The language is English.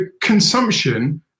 consumption